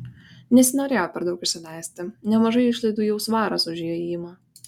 nesinorėjo per daug išsileisti nemažai išlaidų jau svaras už įėjimą